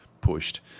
pushed